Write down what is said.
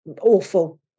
awful